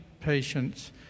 patients